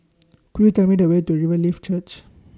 Could YOU Tell Me The Way to Riverlife Church